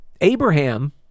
Abraham